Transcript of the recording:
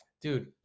Dude